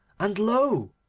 and lo!